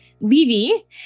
Levy